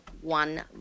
one